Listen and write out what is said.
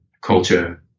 culture